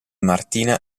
martina